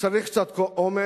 צריך קצת אומץ,